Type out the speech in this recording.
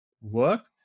work